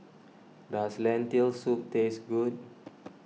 does Lentil Soup taste good